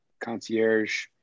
concierge